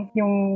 yung